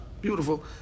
beautiful